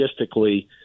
logistically